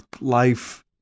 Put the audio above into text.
life